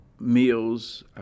meals